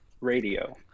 radio